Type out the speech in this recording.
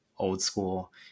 old-school